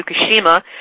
Fukushima